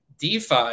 DeFi